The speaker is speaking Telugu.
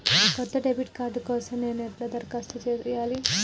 కొత్త డెబిట్ కార్డ్ కోసం నేను ఎట్లా దరఖాస్తు చేయాలి?